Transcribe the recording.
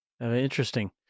Interesting